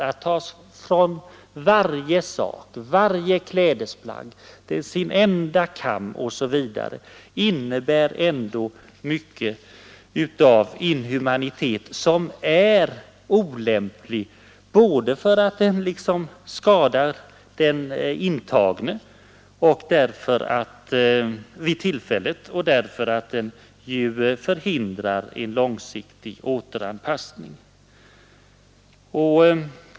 De tas ifrån varje sak, varje klädesplagg, sin enda kam osv. Det innebär ändå mycket av inhumanitet som är olämpligt, både därför att det skadar den intagne vid tillfället och därför att det försämrar en långsiktig återanpassning.